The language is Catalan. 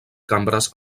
cambres